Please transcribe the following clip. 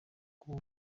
uba